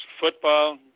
football